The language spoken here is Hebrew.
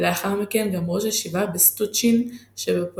ולאחר מכן גם ראש ישיבה בסטוצ'ין שבפולין,